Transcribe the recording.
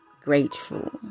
grateful